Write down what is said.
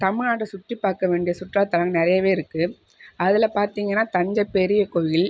தமிழ்நாட்டை சுற்றி பார்க்கவேண்டிய சுற்றுலா தலம் நிறையவே இருக்குது அதில் பார்த்தீங்கனா தஞ்சை பெரிய கோவில்